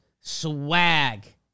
swag